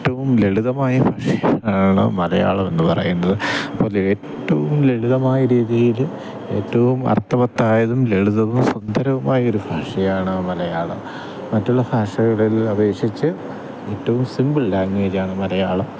ഏറ്റവും ലളിതമായ ഭാഷയാണ് മലയാളം എന്ന് പറയുന്നത് അത് ഏറ്റവും ലളിതമായ രീതിയിൽ ഏറ്റവും അർത്ഥവത്തായതും ലളിതവും സുന്ദരവുമായ ഒരു ഭാഷയാണ് മലയാളം മറ്റുള്ള ഭാഷകളെ അപേക്ഷിച്ച് ഏറ്റവും സിമ്പിൾ ലാംഗ്വേജ് ആണ് മലയാളം